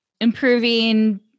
improving